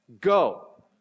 Go